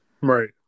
Right